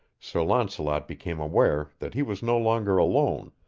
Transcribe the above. sir launcelot became aware that he was no longer alone,